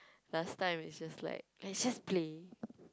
last time is just like I just play